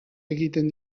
egiten